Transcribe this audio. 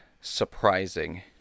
surprising